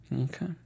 Okay